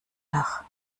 dach